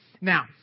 Now